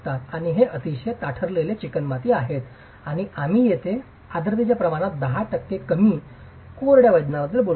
आणि हे अतिशय ताठरलेले चिकणमाती आहेत आणि आम्ही येथे आर्द्रतेच्या प्रमाणात 10 टक्के कमी कोरड्या वजनाबद्दल बोलतो